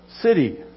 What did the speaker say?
city